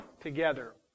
together